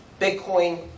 Bitcoin